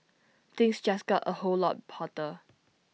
things just got A whole lot hotter